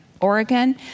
Oregon